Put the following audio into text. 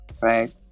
right